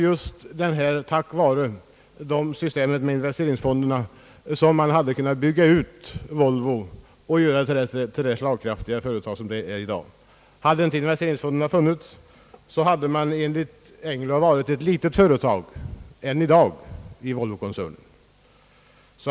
Just tack vare systemet med investeringsfonderna har man alltså kunnat bygga ut Volvo och göra det till det slagkraftiga företag som det är i dag. Hade inte investeringsfonderna funnits, så hade Volvokoncernen enligt direktör Engellau än i dag varit ett litet företag.